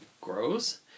grows